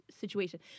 situation